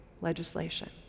legislation